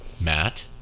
Matt